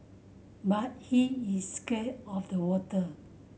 but he is scared of the water